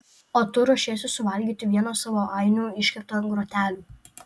o tu ruošiesi suvalgyti vieną savo ainių iškeptą ant grotelių